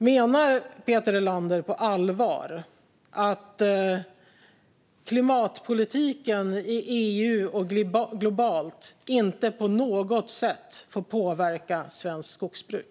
Menar Peter Helander på allvar att klimatpolitiken i EU och globalt inte på något sätt får påverka svenskt skogsbruk?